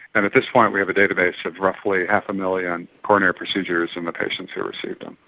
and at this point we have a database of roughly half a million coronary procedures and the patients who received them.